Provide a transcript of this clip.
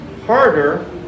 harder